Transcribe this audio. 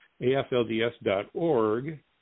AFLDS.org